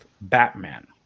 Batman